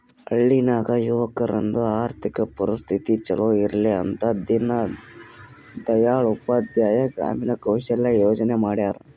ಹಳ್ಳಿ ನಾಗ್ ಯುವಕರದು ಆರ್ಥಿಕ ಪರಿಸ್ಥಿತಿ ಛಲೋ ಇರ್ಲಿ ಅಂತ ದೀನ್ ದಯಾಳ್ ಉಪಾಧ್ಯಾಯ ಗ್ರಾಮೀಣ ಕೌಶಲ್ಯ ಯೋಜನಾ ಮಾಡ್ಯಾರ್